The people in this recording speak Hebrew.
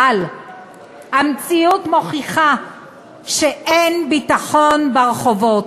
אבל המציאות מוכיחה שאין ביטחון ברחובות,